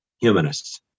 humanists